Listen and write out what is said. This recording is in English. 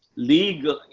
legal,